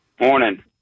Morning